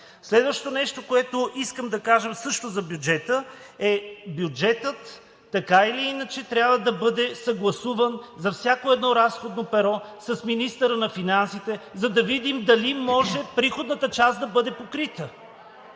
Следващото нещо, което искам да кажа също за бюджета – бюджетът така или иначе трябва да бъде съгласуван за всяко едно разходно перо с министъра на финансите, за да видим дали може приходната част да бъде покрита.